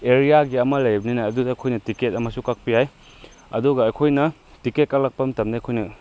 ꯑꯦꯔꯤꯌꯥꯒꯤ ꯑꯃ ꯂꯩꯕꯅꯤꯅ ꯑꯗꯨꯗ ꯑꯩꯈꯣꯏꯅ ꯇꯤꯀꯦꯠ ꯑꯃꯁꯨ ꯀꯛꯄ ꯌꯥꯏ ꯑꯗꯨꯒ ꯑꯩꯈꯣꯏꯅ ꯇꯤꯀꯦꯠ ꯀꯛꯂꯛꯄ ꯃꯇꯝꯗ ꯑꯩꯈꯣꯏꯅ